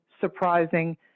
surprising